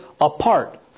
apart